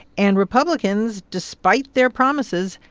and republicans, despite their promises,